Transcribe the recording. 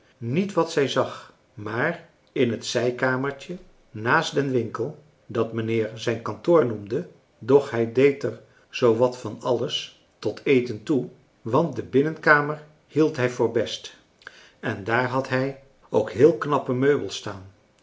niet wat zij zag maar in het zijkamertje naast den winkel dat mijnheer zijn kantoor noemde doch hij deed er zoo wat van alles tot eten toe want de binnenkamer hield hij voor best en daar had hij ook heel knappe meubels staan